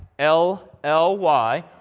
l, l, y.